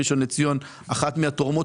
ראשון לציון, אחת מהתורמות